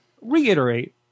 Reiterate